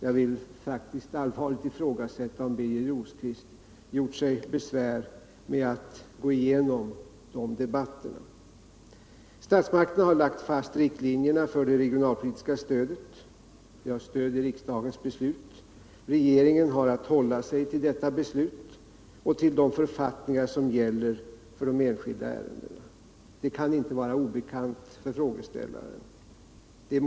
Jag vill faktiskt allvarligt ifrågasätta, om Birger Rosqvist gjort sig besvär med att gå igenom de debatterna. Statsmakterna har lagt fast riktlinjerna för det regionalpolitiska stödet. Jag stöder riksdagens beslut. Regeringen har att hålla sig till detta beslut och till de författningar som gäller för de enskilda ärendena. Detta kan inte vara obekant för frågeställaren.